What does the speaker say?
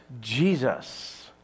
Jesus